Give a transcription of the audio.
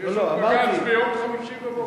יש בג"ץ ביום חמישי בבוקר.